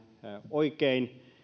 oikein